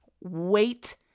wait